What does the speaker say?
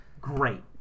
great